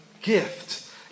gift